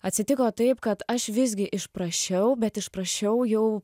atsitiko taip kad aš visgi išprašiau bet išprašiau jau